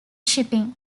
shipping